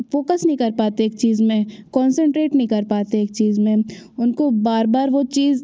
focus नहीं कर पाते एक चीज में कॉन्सन्ट्रेट नहीं कर पाते एक चीज में उनको बार बार वो चीज